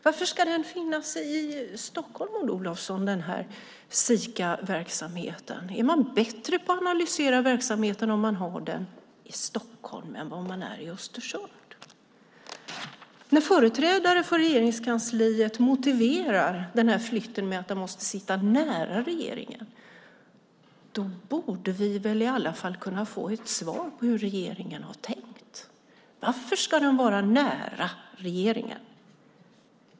Varför ska Sikaverksamheten finnas i Stockholm, Maud Olofsson? Är man bättre på att analysera verksamheten i Stockholm än man är i Östersund? När företrädare för Regeringskansliet motiverar flytten med att verksamheten måste sitta nära regeringen borde vi väl i alla fall få ett svar på hur regeringen har tänkt. Varför ska den vara nära regeringen?